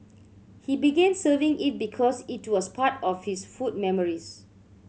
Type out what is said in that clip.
he began serving it because it was part of his food memories